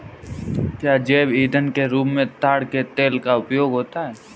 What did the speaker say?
क्या जैव ईंधन के रूप में ताड़ के तेल का उपयोग होता है?